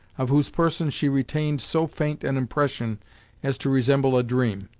of whose person she retained so faint an impression as to resemble a dream.